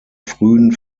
frühen